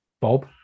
Bob